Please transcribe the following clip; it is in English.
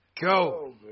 go